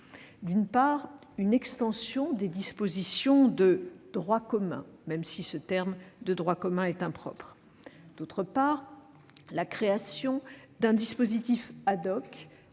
d'une part, une extension des dispositions de droit commun, même si ces termes de droit commun sont impropres ; d'autre part, la création d'un dispositif